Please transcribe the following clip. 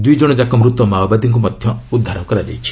ଦୁଇ ଜଣଯାକ ମୃତ ମାଓମାଦୀଙ୍କୁ ମଧ୍ୟ ଉଦ୍ଧାର କରାଯାଇଛି